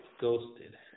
ghosted